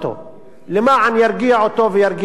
למען ירגיע אותו וירגיע את משפחתו.